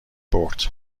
برد